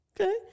Okay